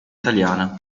italiana